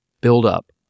buildup